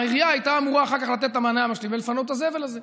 העירייה הייתה אמורה אחר כך לתת את המענה המשלים ולפנות את הזבל הזה.